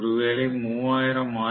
ஒருவேளை 3000 ஆர்